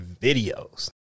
videos